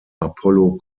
apollo